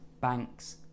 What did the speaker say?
banks